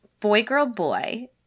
boy-girl-boy